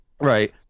right